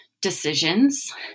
decisions